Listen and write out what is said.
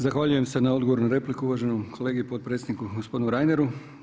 Zahvaljujem se na odgovoru na repliku uvaženom kolegi potpredsjedniku gospodinu Reineru.